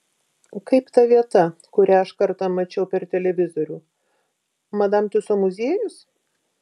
kaip ta vieta kurią aš kartą mačiau per televizorių madam tiuso muziejus